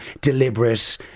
deliberate